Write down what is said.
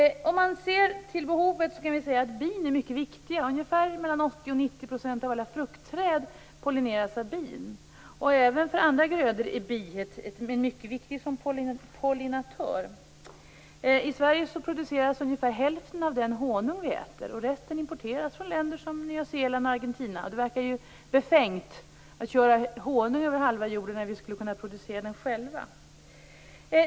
Om man ser till behovet kan man säga att bin är mycket viktiga. 80-90 % av alla fruktträd pollineras av bin. Även för andra grödor är biet mycket viktigt som pollinatör. I Sverige produceras ungefär hälften av den honung som vi äter. Resten importeras från länder som Nya Zeeland och Argentina. Det verkar ju befängt att köra honung över halva jorden när vi skulle kunna producera den själva.